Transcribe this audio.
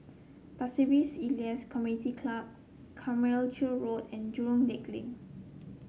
Pasir Ris Elias Community Club Carmichael Road and Jurong Lake Link